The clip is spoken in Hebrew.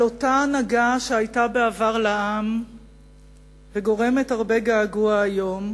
על אותה הנהגה שהיתה בעבר לעם וגורמת הרבה געגוע היום,